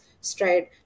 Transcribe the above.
Stride